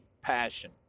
passion